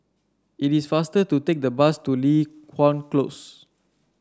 it is faster to take the bus to Li Hwan Close